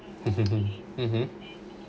mmhmm